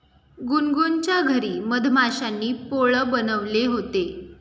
गुनगुनच्या घरी मधमाश्यांनी पोळं बनवले होते